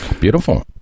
Beautiful